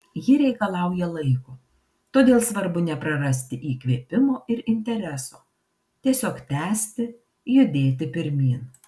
ji reikalauja laiko todėl svarbu neprarasti įkvėpimo ir intereso tiesiog tęsti judėti pirmyn